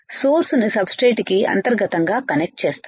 source ని substrate కి అంతర్గతం గా కనెక్ట్ చేస్తాను